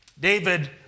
David